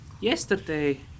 yesterday